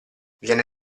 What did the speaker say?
viene